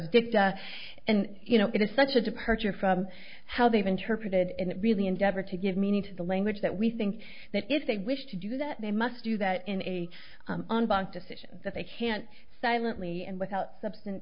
dicta and you know it is such a departure from how they've interpreted it really endeavor to give meaning to the language that we think that if they wish to do that they must do that in a bank decision that they can't silently and without substance